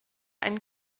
einen